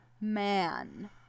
man